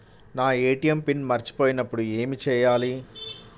నా ATM pin మర్చిపోయినప్పుడు ఏమి చేయాలి?